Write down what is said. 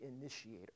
initiator